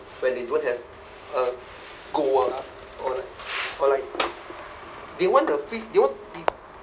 when they don't have uh goal lah or like or like they want the f~ they want they